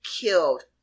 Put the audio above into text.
killed